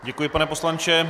Děkuji, pane poslanče.